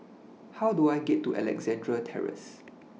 How Do I get to Alexandra Terrace